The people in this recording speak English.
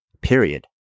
Period